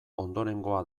ondorengoa